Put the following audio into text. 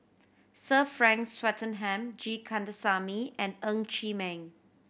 Sir Frank Swettenham G Kandasamy and Ng Chee Meng